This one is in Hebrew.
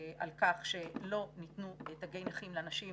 על כך שלא ניתנו תגי נכים לאנשים